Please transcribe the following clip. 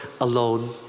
alone